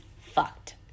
fucked